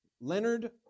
Leonard